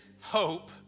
hope